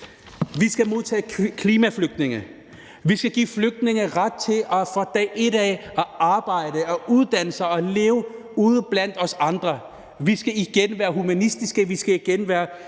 Vi skal modtage klimaflygtninge. Vi skal give flygtninge ret til fra dag ét at arbejde og uddanne sig og leve ude blandt os andre. Vi skal igen være humanistiske.